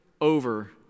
over